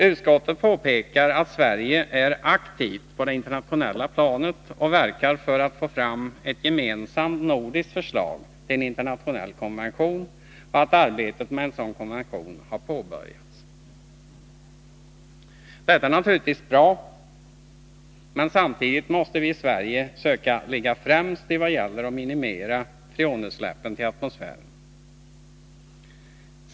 Utskottet påpekar att Sverige är aktivt på det internationella planet och verkar för att få fram ett gemensamt nordiskt förslag till en internationell konvention och att arbetet med en sådan konvention har påbörjats. Detta är naturligtvis bra, men samtidigt måste vi i Sverige söka ligga främst i vad gäller att minimera freonutsläppen till atmosfären.